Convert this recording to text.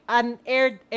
unaired